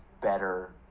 better